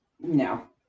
No